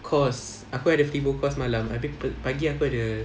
course aku ada phlebo course malam abeh pagi aku ada